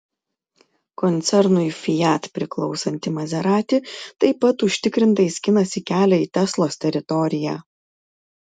koncernui fiat priklausanti maserati taip pat užtikrintai skinasi kelią į teslos teritoriją